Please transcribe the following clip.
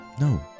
No